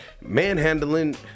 manhandling